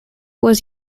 was